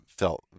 felt